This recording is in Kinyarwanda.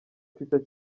twitter